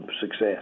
success